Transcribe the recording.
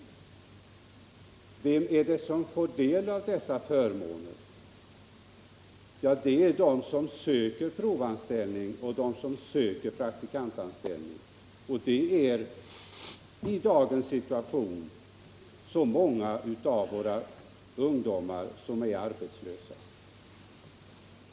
Men vem är det som får del av dessa förmåner? Jo, det är de som söker provanställning och praktikantanställning. Och i dagens situation med ett mycket stort antal arbetslösa ungdomar är det ju många som har behov av sådan anställning.